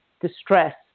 distress